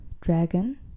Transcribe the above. Dragon